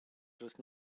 just